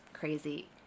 crazy